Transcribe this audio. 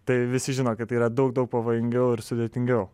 tai visi žino kad tai yra daug daug pavojingiau ir sudėtingiau